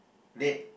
date